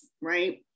right